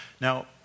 Now